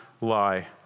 lie